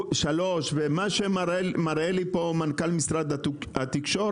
- ומה שמראה לי כאן מנכ"ל משרד התקשורת,